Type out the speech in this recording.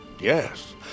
Yes